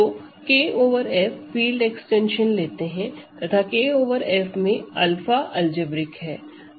तो K over F field extension लेते हैं तथा K ओवर F में 𝛂 अलजेब्रिक है